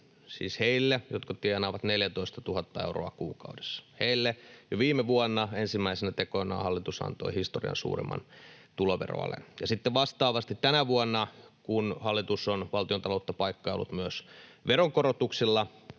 siis heille, jotka tienaavat 14 000 euroa kuukaudessa. Heille jo viime vuonna ensimmäisenä tekonaan hallitus antoi historian suurimman tuloveroalen. Ja sitten vastaavasti tänä vuonna, kun hallitus on valtiontaloutta paikkaillut myös veronkorotuksilla,